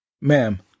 ma'am